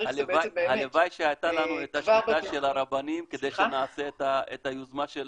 הלוואי שהייתה לנו את השליטה של הרבנים כדי שנעשה את היוזמה של